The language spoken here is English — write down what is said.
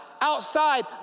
outside